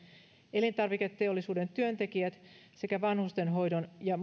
elintarviketeollisuuden työntekijät sekä vanhustenhoidon ja